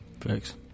Thanks